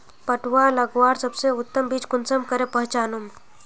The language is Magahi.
पटुआ लगवार सबसे उत्तम बीज कुंसम करे पहचानूम?